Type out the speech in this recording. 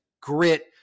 grit